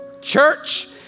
Church